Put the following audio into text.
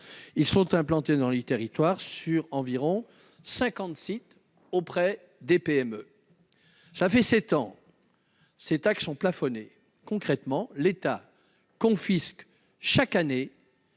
sont implantés dans les territoires, sur environ 50 sites, auprès des PME. Voilà sept ans que ces taxes sont plafonnées. Concrètement, l'État confisque chaque année